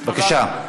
בבקשה.